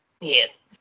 Yes